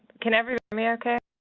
can everyone? america?